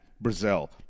Brazil